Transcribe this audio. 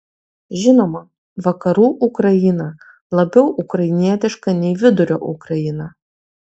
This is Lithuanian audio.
žinoma vakarų ukraina labiau ukrainietiška nei vidurio ukraina